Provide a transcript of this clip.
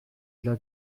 delà